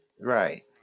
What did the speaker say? Right